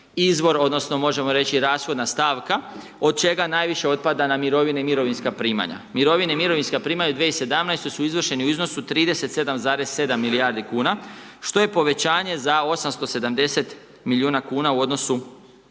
odnosno možemo reći rashodna stavka od čega najviše otpada na mirovine i mirovinska primanja. Mirovine i mirovinska primanja u 2017. su izvršeni u iznosu 37,7 milijardi kuna što je povećanje za 87 miliona kuna u odnosu